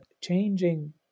changing